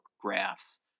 graphs